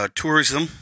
tourism